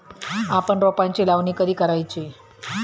आपण रोपांची लावणी कधी करायची?